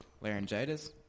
Laryngitis